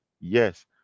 yes